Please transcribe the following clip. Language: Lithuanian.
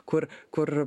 kur kur